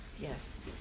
Yes